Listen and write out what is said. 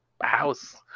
house